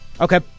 Okay